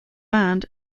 band